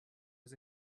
was